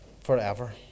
forever